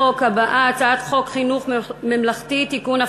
אנחנו עוברים להצעת החוק הבאה: הצעת חוק חינוך ממלכתי (תיקון,